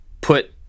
put